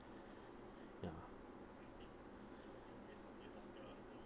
ya